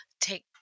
take